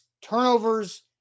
turnovers